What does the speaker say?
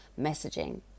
messaging